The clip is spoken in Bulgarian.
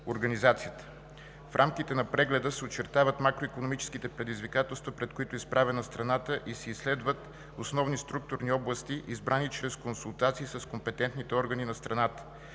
Организацията. В рамките на прегледа се очертават макроикономическите предизвикателства, пред които е изправена страната, и се изследват основни структурни области, избрани чрез консултации с компетентните органи на страната.